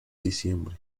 diciembre